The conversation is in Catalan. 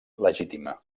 legítima